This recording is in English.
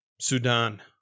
Sudan